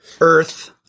earth